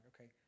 okay